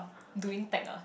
doing tech ah